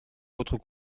votre